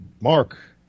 Mark